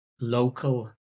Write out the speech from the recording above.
local